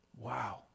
Wow